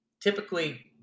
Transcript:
typically